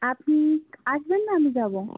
আপনি আসবেন না আমি যাবো